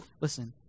Listen